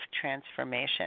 transformation